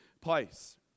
place